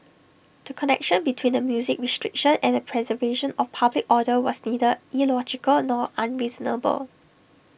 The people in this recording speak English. the connection between the music restriction and the preservation of public order was neither illogical nor unreasonable